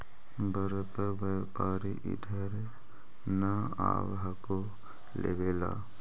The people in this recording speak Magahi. बड़का व्यापारि इधर नय आब हको लेबे ला?